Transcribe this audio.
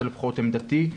זו לפחות עמדתי.